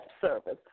service